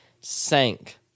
sank